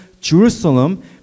Jerusalem